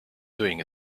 doing